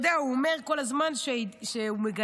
הוא אומר כל הזמן שהוא מגייס